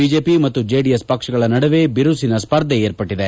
BJP ಮತ್ತು JDS ಪಕ್ಷಗಳ ನಡುವೆ ಬಿರುಸಿನ ಸ್ಪರ್ಧೆ ಏರ್ಪಟ್ಟಿದೆ